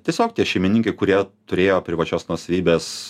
tiesiog tie šeimininkai kurie turėjo privačios nuosavybės